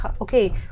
okay